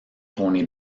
tony